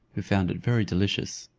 who found it very delicious.